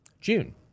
June